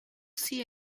see